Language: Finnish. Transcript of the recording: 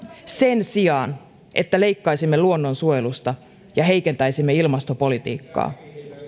sen sijaan että leikkaisimme luonnonsuojelusta ja heikentäisimme ilmastopolitiikkaa